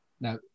Now